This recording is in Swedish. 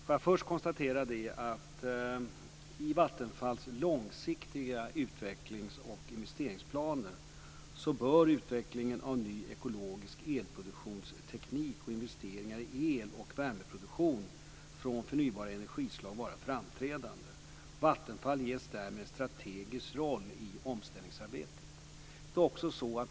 Jag konstaterar också att i Vattenfalls långsiktiga utvecklings och investeringsplaner bör utvecklingen av ny ekologisk elproduktionsteknik och investeringar i el och värmeproduktion från förnybara energislag vara framträdande. Vattenfall ges därmed en strategisk roll i omställningsarbetet.